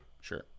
Sure